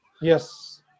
Yes